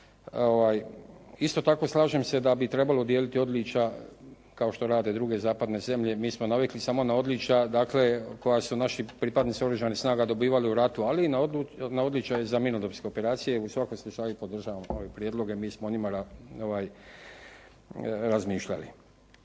Isto tako, slažem se da bi trebalo dijeliti odličja kao što rade druge zapadne zemlje. Mi smo navikli samo na odličja, dakle koja su naši pripadnici Oružanih snaga dobivali u ratu, ali i na odličja za mirnodopske operacije. U svakom slučaju podržavam ove prijedloge. Mi smo o njima razmišljali.